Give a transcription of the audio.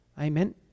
Amen